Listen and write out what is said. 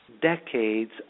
decades